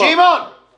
שמעון, תאפשר לו.